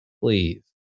please